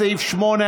סעיף 8,